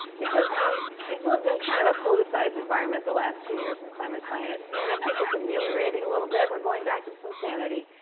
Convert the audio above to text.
because um we've lived in kind of a politicized environment the last two years as climate scientists. and i think it's ameliorating a little bit. we're going back to some sanity.